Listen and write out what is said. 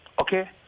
okay